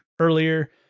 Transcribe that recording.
earlier